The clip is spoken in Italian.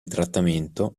trattamento